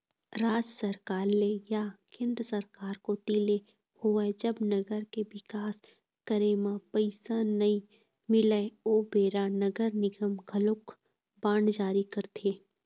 राज सरकार ले या केंद्र सरकार कोती ले होवय जब नगर के बिकास करे म पइसा नइ मिलय ओ बेरा नगर निगम घलोक बांड जारी करथे